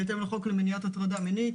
בהתאם לחוק למניעת הטרדה מינית,